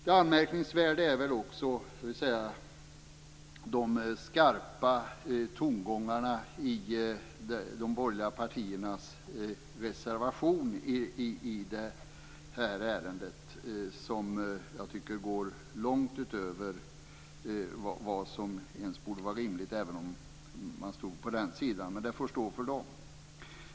Det anmärkningsvärda är väl också de skarpa tongångarna i de borgerliga partiernas reservation i det här ärendet, som jag tycker går långt utöver vad som borde vara rimligt ens om man själv stod på den sidan. Men det får står för dem.